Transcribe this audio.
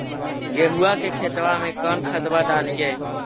गेहुआ के खेतवा में कौन खदबा डालिए?